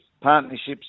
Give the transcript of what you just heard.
partnerships